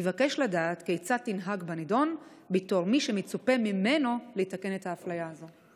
אבקש לדעת כיצד תנהג בנדון בתור מי שמצופה ממנו לתקן את האפליה הזאת.